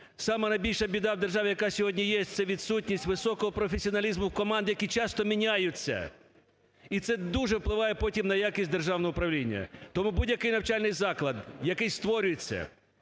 найбільша біда в державі, яка сьогодні є, це відсутність високого професіоналізму команд, які часто міняються. І це дуже впливає потім на якість державного управління. Тому будь-який навчальний заклад, який створюється,